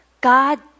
God